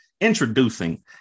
introducing